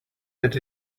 that